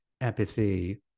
empathy